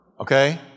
okay